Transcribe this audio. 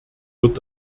wird